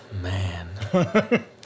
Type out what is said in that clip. Man